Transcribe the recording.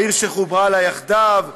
העיר שחוברה לה יחדיו,